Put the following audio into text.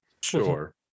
Sure